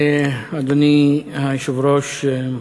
אדוני היושב-ראש,